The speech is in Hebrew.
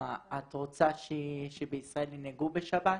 את רוצה שבישראל ינהגו בשבת?